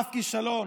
אף כישלון